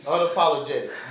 Unapologetic